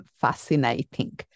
fascinating